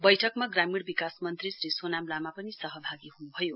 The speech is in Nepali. बैठकमा ग्रामीण विकास मन्त्री श्री सोनाम लामा पनि सहभागी हुनुभयो